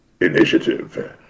initiative